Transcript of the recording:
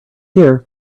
hear